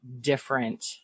different